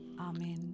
Amen